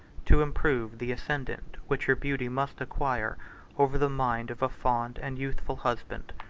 to improve the ascendant which her beauty must acquire over the mind of a fond and youthful husband.